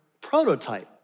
prototype